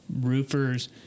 roofers